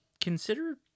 consider